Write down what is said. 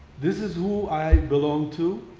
this is who i belong to,